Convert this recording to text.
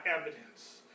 evidence